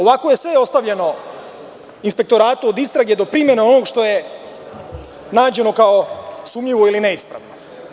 Ovako je sve ostavljeno Inspektoratu, od istrage do primene onog što je nađeno kao sumnjivo ili neispravno.